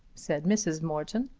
said mrs. morton.